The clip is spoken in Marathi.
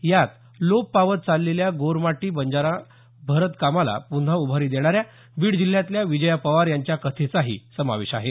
यात लोप पावत चाललेल्या गोरमाटी बंजारा भरत कामाला पुन्हा उभारी देणाऱ्या बीड जिल्ह्यातल्या विजया पवार यांच्या कथेचाही समावेश आहे